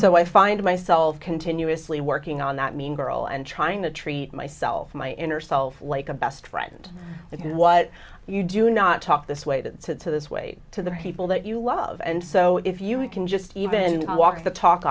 so i find myself continuously working on that mean girl and trying to treat myself or my inner self like a best friend and what you do not talk this way to this way to the people that you love and so if you can just even walk the talk